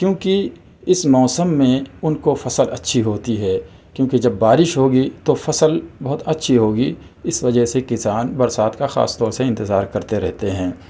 کیونکہ اِس موسم میں اُن کو فصل اچھی ہوتی ہے کیونکہ جب بارش ہوگی تو فصل بہت اچھی ہوگی اِس وجہ سے کسان برسات کا خاص طور سے اِنتظار کرتے رہتے ہیں